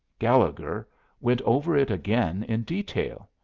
gallegher went over it again in detail,